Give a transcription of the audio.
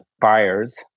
buyers